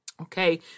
okay